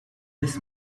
this